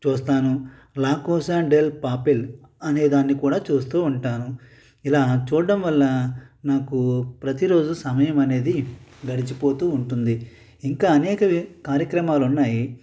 చూస్తాను లాకో శాండిల్ పాపిల్ అనేదాన్ని కూడా చూస్తూ ఉంటాను ఇలా చూడడం వల్ల నాకు ప్రతిరోజు సమయం అనేది గడిచిపోతూ ఉంటుంది ఇంకా అనేక కార్యక్రమాలు ఉన్నాయి